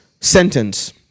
sentence